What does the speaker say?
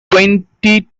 twenty